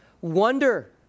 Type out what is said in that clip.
wonder